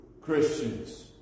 Christians